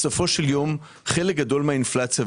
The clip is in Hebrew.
בסופו של יום חלק גדול מהאינפלציה,